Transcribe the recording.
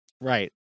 Right